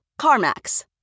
CarMax